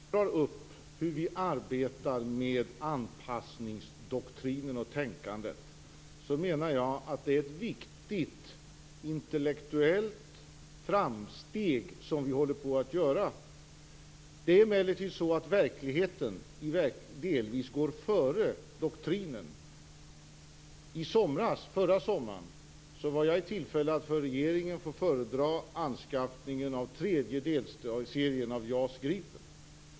Fru talman! När jag lägger upp hur vi arbetar med anpassningsdoktrinen och anpassningstänkandet menar jag att det är ett viktigt intellektuellt framsteg vi håller på att göra. Emellertid går verkligheten delvis före doktrinen. Förra sommaren hade jag tillfälle att för regeringen få föredra anskaffningen av tredje delserien av JAS Gripen.